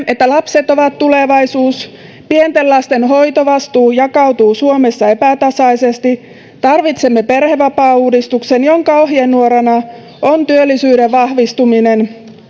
että lapset ovat tulevaisuus pienten lasten hoitovastuu jakautuu suomessa epätasaisesti tarvitsemme perhevapaauudistuksen jonka ohjenuorana on työllisyyden vahvistuminen